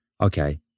okay